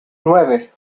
nueve